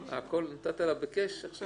--- בCash-.